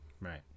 Right